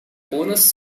bonus